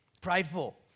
prideful